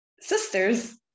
sisters